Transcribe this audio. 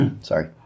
sorry